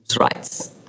rights